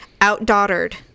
OutDaughtered